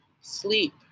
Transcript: sleep